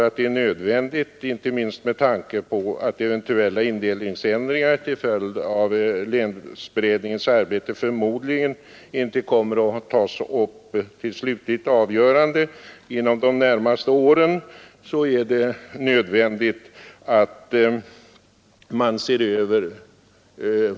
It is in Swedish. Detta torde vara nödvändigt inte minst med tanke på att eventuella indelningsändringar till följd av länsberedningens arbete förmodligen inte kommer att tas upp till slutligt avgörande av statsmakterna inom de närmaste åren.